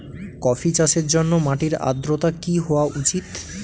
Coffee চাষের জন্য মাটির আর্দ্রতা কি হওয়া উচিৎ?